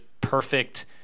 perfect